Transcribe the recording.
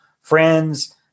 Friends